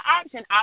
option